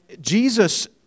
Jesus